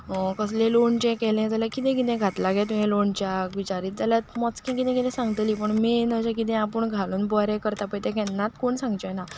कसलें लोणचें केलें जाल्यार कितें कितें घातलां गे तुवें लोणच्याक विचारीत जाल्यार मोजकें कितें कितें सांगतलीं पूण मेन अशें कितें आपूण घालून बरें करता पळय तें केन्नाच कोण सांगचें ना